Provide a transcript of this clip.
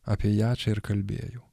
apie ją čia ir kalbėjau